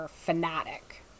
fanatic